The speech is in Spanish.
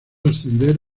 ascender